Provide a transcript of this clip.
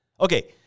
Okay